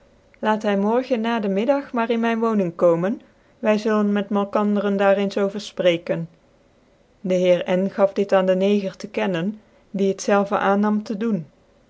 laat hy morgen nademiddag maar in myn woning komen wy zullen met malkanderen daar eens over fpreken de heer n gaf dit aan de neger te kennen die het zelve aan nam te doen